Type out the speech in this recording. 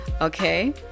okay